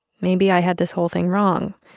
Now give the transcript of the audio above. maybe i had this whole thing wrong.